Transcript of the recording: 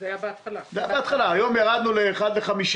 היום ירדנו ל-1 ל-5.